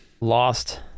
Lost